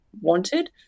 wanted